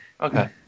Okay